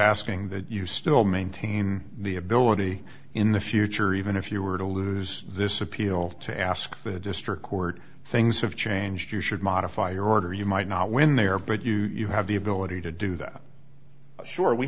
asking that you still maintain the ability in the future even if you were to lose this appeal to ask the district court things have changed you should modify your order you might not when they are but you you have the ability to do that